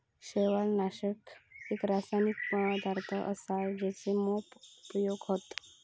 शैवालनाशक एक रासायनिक पदार्थ असा जेचे मोप उपयोग हत